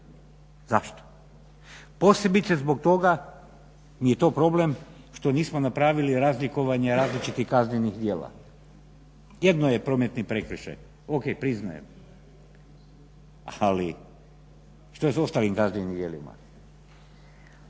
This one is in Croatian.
Zašto? Posebice zbog toga mi je to problem što nismo napravili razlikovanje različitih kaznenih djela. Jedno je prometni prekršaj, ok priznajem, ali što je s ostalim kaznenim djelima?